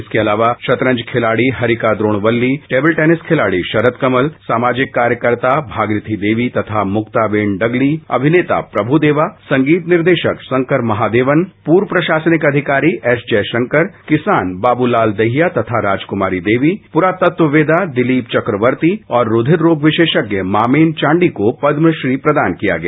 इसके अलावा शतरंज खिलाड़ी हरिका द्रोणवल्ली टेबल टेनिस खिलाड़ी शरत कमल सामाजिक कार्यकर्ता भगीरथी देवी तथा मुक्ताबेन डगली अभिनेता प्रभुदेवा संगीत निर्देशक शंकर महादेवन पूर्व प्रशासनिक अधिकारी एस जयशंकर किसान बाबू लाल दहिया तथा राजक्मारी देवी पुरातत्ववेत्ता दिलीप चकवर्ती और रूधिर रोग विशेषज्ञ मामेन चांडी को पद्मश्री प्रदान किए गया